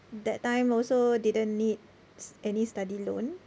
that time also didn't need any study loan